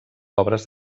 obres